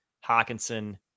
Hawkinson